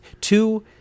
Two